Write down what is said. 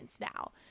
now